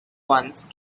once